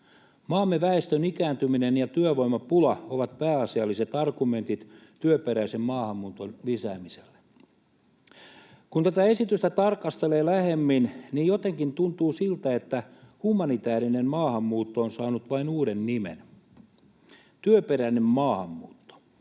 Maamme väestön ikääntyminen ja työvoimapula ovat pääasialliset argumentit työperäisen maahanmuuton lisäämiselle. Kun tätä esitystä tarkastelee lähemmin, jotenkin tuntuu siltä, että humanitäärinen maahanmuutto on vain saanut uuden nimen: työperäinen maahanmuutto.